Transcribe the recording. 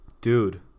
dude